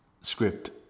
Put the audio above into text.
script